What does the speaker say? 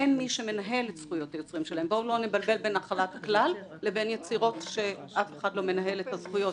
אני בא אליו ואומר לו: אדוני,